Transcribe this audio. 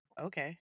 Okay